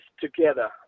together